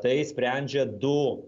tai sprendžia du